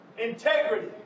Integrity